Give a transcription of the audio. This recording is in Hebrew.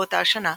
באותה השנה,